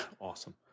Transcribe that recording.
awesome